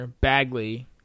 Bagley